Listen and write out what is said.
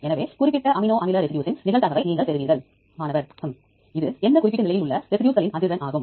எனவே டேட்டா சமர்ப்பிப்பது தவிர நீங்கள் பகுப்பாய்வு மற்றும் தேடலுக்கும் செல்லலாம்